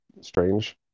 strange